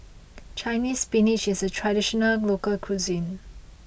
Chinese Spinach is a traditional local cuisine